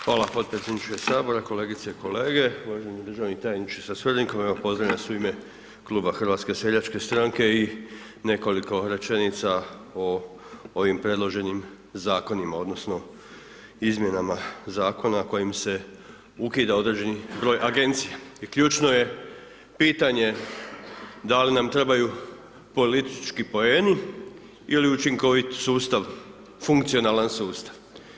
Hvala potpredsjedniče Sabora, kolegice i kolege, uvaženi državni tajniče sa suradnikom, evo pozdravljam vas u ime kluba HSS-a i nekoliko rečenica o ovim predloženim zakonima izmjenama zakona kojim se ukida određeni broj agencija i ključno je pitanje da li nam trebaju politički poeni ili učinkovit sustav, funkcionalan sustav.